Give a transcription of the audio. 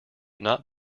not